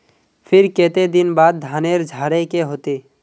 फिर केते दिन बाद धानेर झाड़े के होते?